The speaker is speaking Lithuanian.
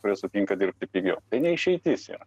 kurie sutinka dirbti pigiau tai ne išeitis yra